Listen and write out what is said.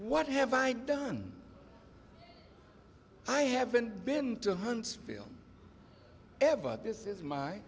what have i done i haven't been to huntsville ever this is my